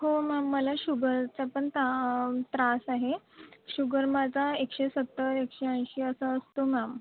हो मॅम मला शुगरचा पण ता त्रास आहे शुगर माझा एकशे सत्तर एकशे ऐंशी असा असतो मॅम